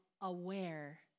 aware